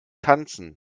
tanzen